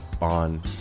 on